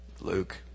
Luke